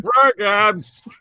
programs